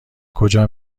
کجا